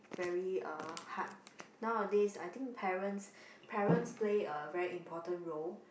very uh hard nowadays I think parents parents play a very important role